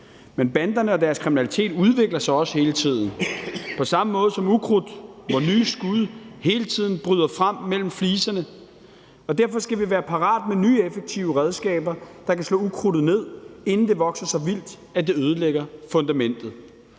men banderne og deres kriminalitet udvikler sig også hele tiden på samme måde som ukrudt, hvor nye skud hele tiden bryder frem mellem fliserne, og derfor skal vi være parate med nye effektive redskaber, der kan slå ukrudtet ned, inden det vokser så vildt, at det ødelægger fundamentet.